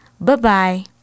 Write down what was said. Bye-bye